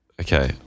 okay